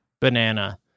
banana